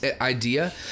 idea